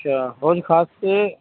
اچھا حوض خاص سے